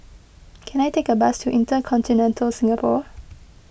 can I take a bus to Intercontinental Singapore